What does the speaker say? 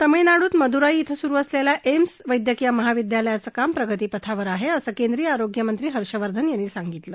तामिळनाड्त मद्राई श्वि सुरु असलेल्या एम्स वैद्यकीय महाविद्यालयाचं काम प्रगती पथकावर आहे असं केंद्रीय आरोग्य मंत्री हर्षवर्धन यांनी सांगितलं